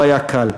לא היה קל.